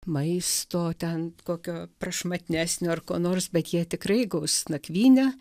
maisto ten kokio prašmatnesnio ar ko nors bet jie tikrai gaus nakvynę